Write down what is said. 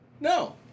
No